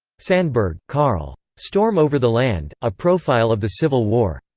sandburg, carl. storm over the land a profile of the civil war.